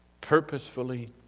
purposefully